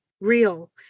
real